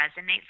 resonates